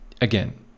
again